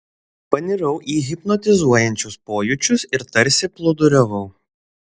panirau į hipnotizuojančius pojūčius ir tarsi plūduriavau